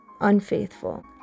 unfaithful